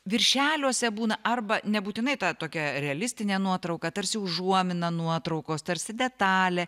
viršeliuose būna arba nebūtinai ta tokia realistinė nuotrauka tarsi užuomina nuotraukos tarsi detalė